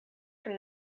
from